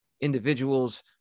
individuals